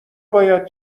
باید